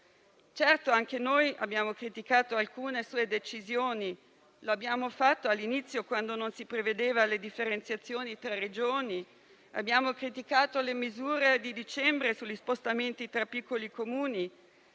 Certo, anche noi abbiamo criticato alcune sue decisioni. E lo abbiamo fatto all'inizio, quando non si prevedevano differenziazioni tra Regioni; abbiamo criticato le misure di dicembre sugli spostamenti tra piccoli Comuni